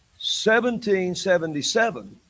1777